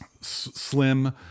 Slim